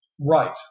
Right